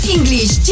English